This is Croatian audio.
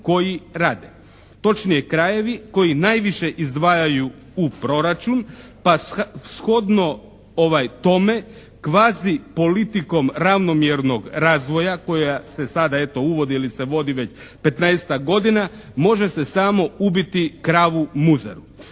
Točnije krajevi koji najviše izdvajaju u proračun pa shodno tome quazi politikom ravnomjernog razvoja koja se sada eto uvodi ili se vodi već 15.-tak godina može se samo ubiti kravu muzaru.